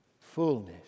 Fullness